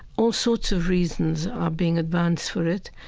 all sorts of reasons are being advanced for it.